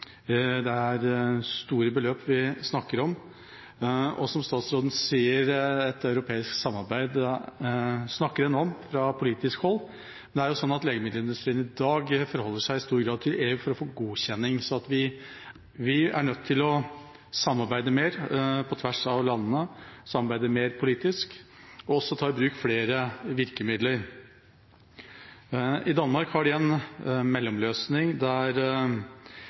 Det er store beløp vi snakker om. Som statsråden sier, snakker en om et europeisk samarbeid fra politisk hold. Det er sånn at legemiddelindustrien i dag i stor grad forholder seg til EU for å få godkjenning, så vi er nødt til å samarbeide mer på tvers av landene, samarbeide mer politisk og også ta i bruk flere virkemidler. I Danmark har de en mellomløsning der